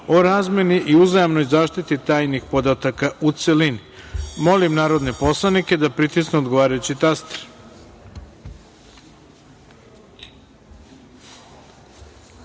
o razmeni i uzajamnoj zaštiti tajnih podataka, u celini. Molim narodne poslanike da pritisnu odgovarajući